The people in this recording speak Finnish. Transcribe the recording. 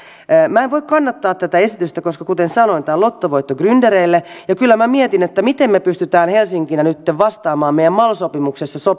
minä en voi kannattaa tätä esitystä koska kuten sanoin tämä on lottovoitto gryndereille ja kyllä minä mietin miten me pystymme helsinkinä nytten vastaamaan meidän mal sopimuksessa